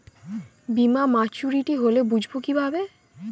বীমা মাচুরিটি হলে বুঝবো কিভাবে?